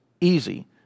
easy